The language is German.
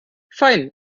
fein